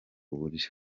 buryo